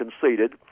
conceded